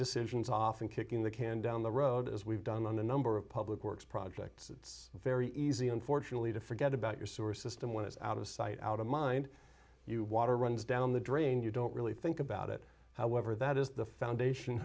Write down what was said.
decisions off and kicking the can down the road as we've done on a number of public works projects it's very easy unfortunately to forget about your sewer system when it's out of sight out of mind you water runs down the drain you don't really think about it however that is the foundation